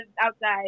outside